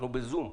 אנחנו בזום.